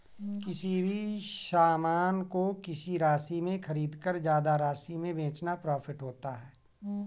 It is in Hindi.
किसी भी सामान को किसी राशि में खरीदकर ज्यादा राशि में बेचना प्रॉफिट होता है